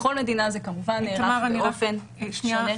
בכל מדינה זה כמובן באופן שונה.